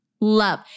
Love